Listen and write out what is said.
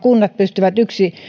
kunnat pystyvät